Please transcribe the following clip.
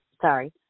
Sorry